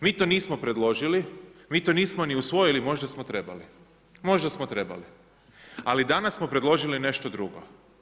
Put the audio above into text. Mi to nismo predložili, mi to nismo ni usvojili, možda smo trebali, možda smo trebali ali danas smo predložili nešto drugo.